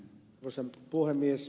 arvoisa puhemies